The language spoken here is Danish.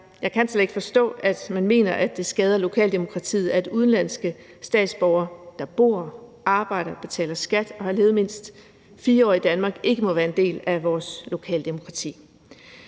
Jeg kan slet ikke forstå, at man mener, at det skader lokaldemokratiet, at udenlandske statsborgere, der bor, arbejder og betaler skat og har levet mindst 4 år i Danmark, må være en del af vores lokaldemokrati.